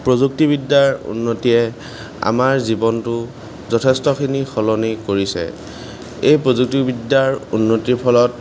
প্ৰযুক্তিবিদ্যাৰ উন্নতিয়ে আমাৰ জীৱনটো যথেষ্টখিনি সলনি কৰিছে এই প্ৰযুক্তিবিদ্যাৰ উন্নতি ফলত